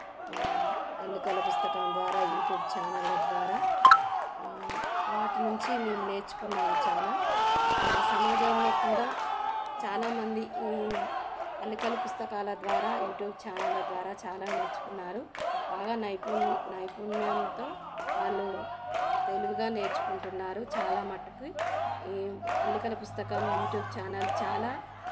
అల్లికల పుస్తకం ద్వారా యూట్యూబ్ ఛానల్ల ద్వారా వాటి నుంచి మేము నేర్చుకున్నాం చాలా సమాజంలో కూడా చాలామంది ఈ అల్లికల పుస్తకాల ద్వారా యూట్యూబ్ ఛానల్ల ద్వారా చాలా నేర్చుకున్నారు బాగా నైపుణ నైపుణ్యంతో వాళ్ళు తెలివిగా నేర్చుకుంటున్నారు చాలా మటుకు అల్లికల పుస్తకం యూట్యూబ్ ఛానల్ చాలా